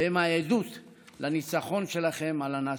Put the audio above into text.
והם העדות לניצחון שלכם על הנאצים.